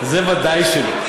זה ודאי שלא.